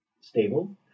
stable